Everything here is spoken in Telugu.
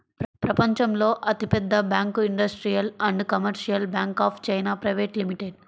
ప్రపంచంలో అతిపెద్ద bank industrial and commercial bank of China private limited